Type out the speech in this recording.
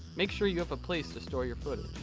make sure you have a place to store your footage.